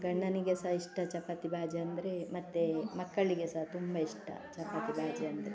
ಗಂಡನಿಗೆ ಸಹ ಇಷ್ಟ ಚಪಾತಿ ಬಾಜಿ ಅಂದರೆ ಮತ್ತೆ ಮಕ್ಕಳಿಗೆ ಸಹ ತುಂಬ ಇಷ್ಟ ಚಪಾತಿ ಬಾಜಿ ಅಂದರೆ